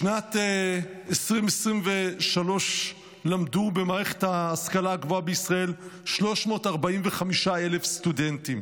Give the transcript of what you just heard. בשנת 2023 למדו במערכת ההשכלה הגבוהה בישראל 345,000 סטודנטים.